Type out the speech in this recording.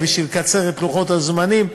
בשביל לקצר את לוחות הזמנים,